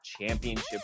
championship